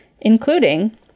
Including